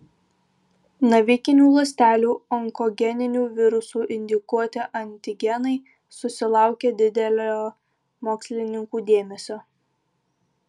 navikinių ląstelių onkogeninių virusų indukuoti antigenai susilaukė didelio mokslininkų dėmesio